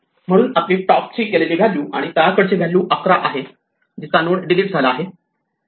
म्हणून आपली टॉपची गेलेली व्हॅल्यू आणि तळा कडची व्हॅल्यू 11 आहे जीचा नोड डिलीट झाला आहे